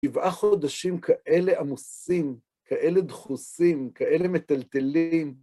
שבעה חודשים כאלה עמוסים, כאלה דחוסים, כאלה מטלטלים.